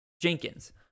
Jenkins